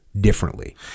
differently